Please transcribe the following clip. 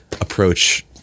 approach